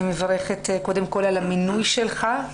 אני מברכת קודם כל על המינוי שלך.